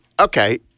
Okay